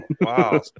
Wow